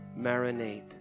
Marinate